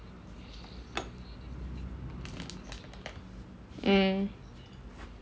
ya